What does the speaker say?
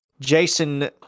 Jason